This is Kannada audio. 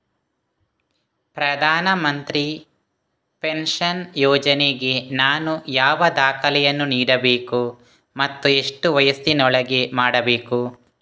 ಪ್ರಧಾನ ಮಂತ್ರಿ ಪೆನ್ಷನ್ ಯೋಜನೆಗೆ ನಾನು ಯಾವ ದಾಖಲೆಯನ್ನು ನೀಡಬೇಕು ಮತ್ತು ಎಷ್ಟು ವಯಸ್ಸಿನೊಳಗೆ ಮಾಡಬೇಕು?